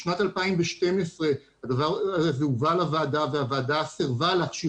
בשנת 2012 הדבר הזה הובא לוועדה והוועדה סירבה להכשיר